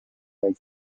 like